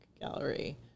gallery